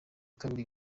kabiri